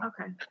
Okay